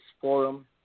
Forum